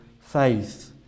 faith